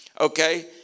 okay